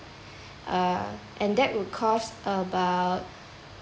uh and that would cost about